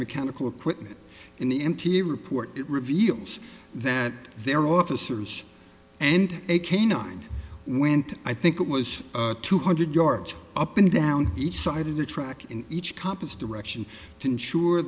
mechanical equipment in the empty report reveals that their officers and a canine went i think it was two hundred yards up and down each side of the track in each compass direction to ensure